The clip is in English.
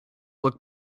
look